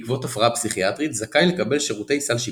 בעקבות הפרעה פסיכיאטרית זכאי לקבל שירותי סל שיקום.